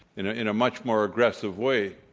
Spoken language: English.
in ah in a much more aggressive way,